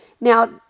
Now